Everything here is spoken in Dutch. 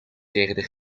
tegen